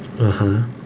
(uh huh)